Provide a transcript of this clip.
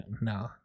no